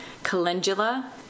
calendula